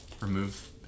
remove